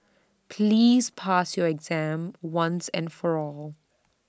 please pass your exam once and for all